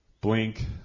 Blink